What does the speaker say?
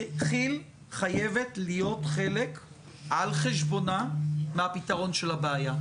כי"ל חייבת להיות חלק על חשבונה מהפתרון של הבעיה.